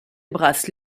brasse